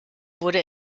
wurde